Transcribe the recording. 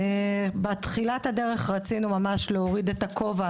בתחילת הדרך רצינו להוריד את כובע